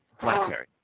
BlackBerry